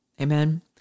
Amen